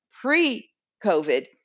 pre-COVID